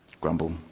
grumble